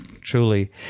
truly